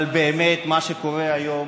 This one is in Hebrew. אבל באמת מה שקורה היום,